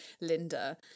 Linda